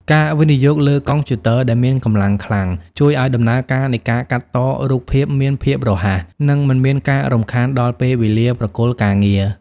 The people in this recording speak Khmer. ការវិនិយោគលើកុំព្យូទ័រដែលមានកម្លាំងខ្លាំង ជួយឱ្យដំណើរការនៃការកាត់តរូបភាពមានភាពរហ័ស និងមិនមានការរំខានដល់ពេលវេលាប្រគល់ការងារ។